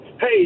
hey